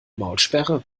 maulsperre